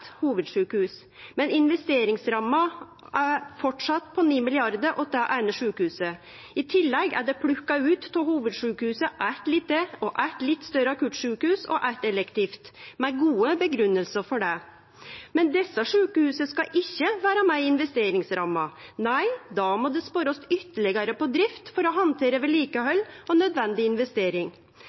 hovudsjukehus, men investeringsramma er framleis på 9 mrd. kr til det eine sjukehuset. I tillegg er det plukka ut frå hovudsjukehuset eitt lite og eitt litt større akuttsjukehus og eitt elektivt – med gode grunngivingar for det. Men desse sjukehusa skal ikkje vere med i investeringsramma. Nei, då må det sparast ytterlegare på drift for å handtere vedlikehald og